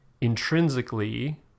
intrinsically